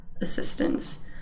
assistance